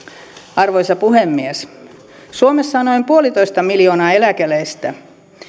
arvoisa puhemies suomessa on noin yksi pilkku viisi miljoonaa eläkeläistä